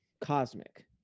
cosmic